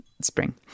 spring